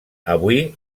avui